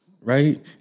Right